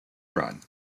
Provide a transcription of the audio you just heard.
run